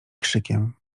krzykiem